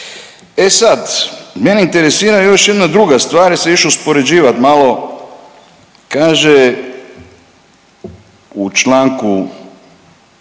E sad, mene interesira još jedna druga stvar jer sam išao uspoređivati malo, kaže u članku,